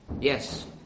Yes